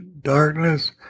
Darkness